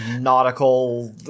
nautical